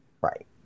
Right